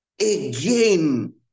again